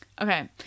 okay